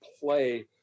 play